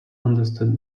understood